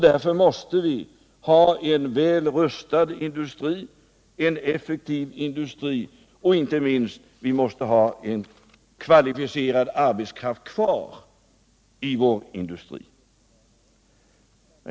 Därför måste vi ha en väl rustad och effektiv industri. Inte minst måste vi då ha kvalificerad arbetskraft kvar i industrin.